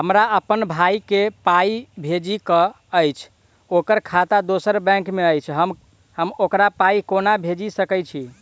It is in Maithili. हमरा अप्पन भाई कऽ पाई भेजि कऽ अछि, ओकर खाता दोसर बैंक मे अछि, हम ओकरा पाई कोना भेजि सकय छी?